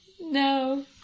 No